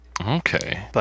Okay